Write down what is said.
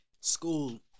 school